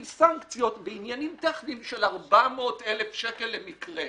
סנקציות בעניינים טכניים של 400,000 שקלים למקרה,